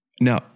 now